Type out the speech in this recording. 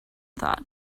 thought